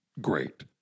great